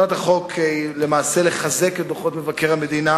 היא למעשה לחזק את דוחות מבקר המדינה,